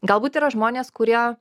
galbūt yra žmonės kurie